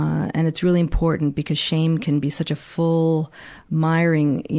and it's really important because shame can be such a full miring,